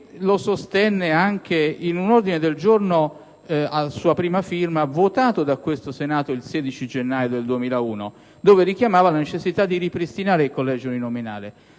posizione anche in un ordine del giorno, a sua prima firma, votato dal Senato il 16 gennaio 2001. In esso egli richiamava la necessità di ripristinare il collegio uninominale.